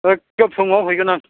एखे फुङाव फैगोन आं